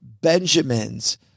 Benjamins